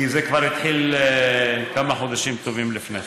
כי זה התחיל כבר כמה חודשים טובים לפני כן.